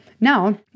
Now